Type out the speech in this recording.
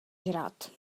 žrát